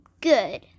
good